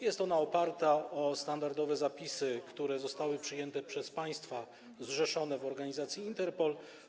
Jest ona oparta na standardowych zapisach, które zostały przyjęte przez państwa zrzeszone w organizacji Interpol.